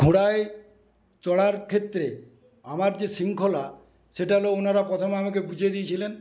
ঘোড়ায় চড়ার ক্ষেত্রে আমার যে শৃঙ্খলা সেটা হলো ওনারা প্রথমে আমাকে বুঝিয়ে দিয়েছিলেন